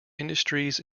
industries